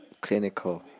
clinical